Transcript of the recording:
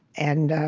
and